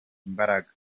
imbaraga